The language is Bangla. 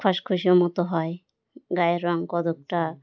খসখসে মতো হয় গায়ের রং কদরটা